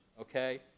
Okay